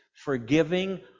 forgiving